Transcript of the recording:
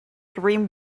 dream